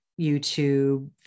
YouTube